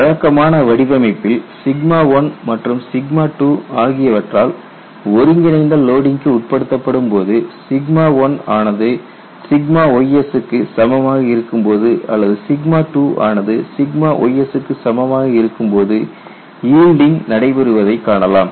வழக்கமான வடிவமைப்பில் 1மற்றும் 2ஆகியவற்றால் ஒருங்கிணைந்த லோடிங்க்கு உட்படுத்தப்படும்போது 1ஆனது ys க்கு சமமாக இருக்கும் போது அல்லது 2ஆனது ys க்கு சமமாக இருக்கும் போது ஈல்டிங் நடைபெறுவதை காணலாம்